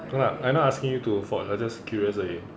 no lah I not asking you to forge I just curious 可以